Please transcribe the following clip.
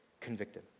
convicted